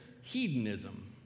hedonism